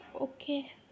Okay